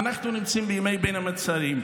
אנחנו נמצאים בימי בין המצרים,